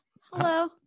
Hello